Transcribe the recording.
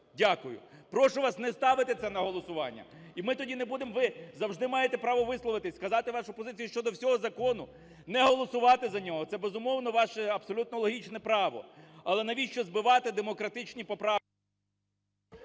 Дякую. Прошу вас не ставити це на голосування. І ми тоді не будемо… Ви завжди маєте право висловитися, сказати вашу позицію щодо всього закону, не голосувати за нього. Це, безумовно, ваше абсолютно логічне право. Але навіщо збивати демократичні...